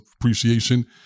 appreciation